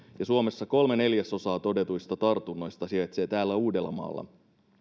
suomessa kolme neljäsosaa todetuista tartunnoista sijaitsee täällä uudellamaalla